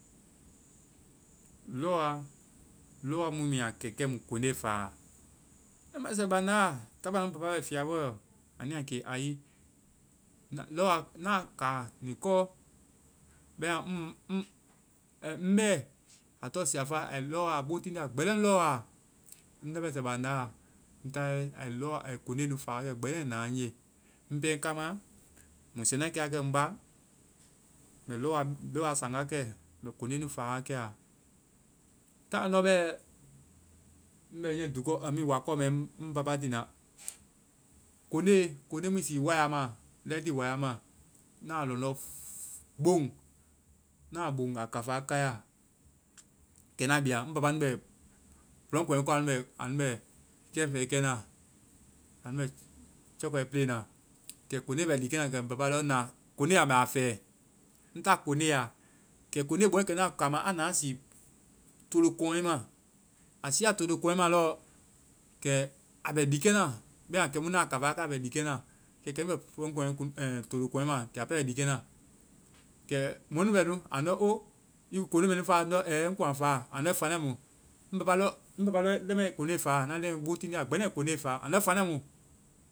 Lɔwaa. Lɔwa mu mu ya kɛ, kɛ mui koŋde fa a. Ŋ leŋmɛsɛ bandaa, táai bhii ya ŋ papa bɛ fiabɔɛ ɔ. Anu ya ke aii. Lɔwa, naa kaa niikɔɔ. Bɛma ŋ bɛɛ, a tɔ̀ŋ siaffa. Ai lɔwaa-a bo tiindia gbɛlɛn lɔwa a. Ŋ leŋmɛsɛ bandáa, ŋ taayɛe, ai lɔwa-ai koŋde nu fa wakɛ gbɛlɛn ai naa ŋje. Ŋ pɛ ŋ kaama, mui sɛnɛ kɛ wa kɛ ŋ baa. Lɔwa-mɛ lɔwa saaŋ wa kɛ. Mɛ koŋde nu faa wa kɛa. taai lɔŋdɔ bɛ, ŋ bɛ niiɛ dukɔ i mean wakɔ mɛ ŋ papa tiina. Koŋde, koŋde mui sii wire ma, lɛhtii wire ma, naa lɔŋdɔ boŋ. Naa boŋ, a kaffaa kaiya. Kɛ naa bia. Ŋ papa nu bɛ plum kɔŋɛ kɔ. Anu bɛ-anu bɛ kɛ feŋ kɛna. Anu bɛ chɛckɔɛ play na. Kɛ koŋde bɛ liikɛ na. Kɛ ŋ papa lɔ, na koŋde a mɛ a fɛ. Ŋ táa koŋde a. Koŋde bɔɛkɛnu a kaama, a na a sii toolo kɔŋɛ ma. A siiya toolo kɔŋɛ ma lɔɔ kɛ a bɛ liikɛ na bɛma kɛmu náa kaffaa kai, a bɛ liikɛna. Kɛ, kɛ bɛ plum kɔnŋɛ kɛ a pɛ bɛ liikɛna. Kɛ mɔnu bɛ nu. Andɔ o, i kuŋ koŋde mɛ nu faa? Ndɔ ɛɛ. Ŋ kuŋ a faa. Andɔ faniamu. Ŋ papa lɔ-ŋ papa lɔ leŋmɛ i koŋde fáa. Na leŋ bo tiindia gbɛlɛn. Ai koŋde fáa. Andɔ faniamu.